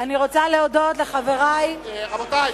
אני רוצה להודות לחברי חברי הכנסת, רבותי.